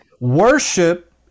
Worship